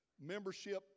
membership